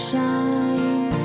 Shine